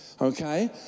okay